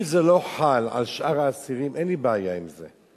אם זה לא חל על שאר האסירים, אין לי בעיה עם זה.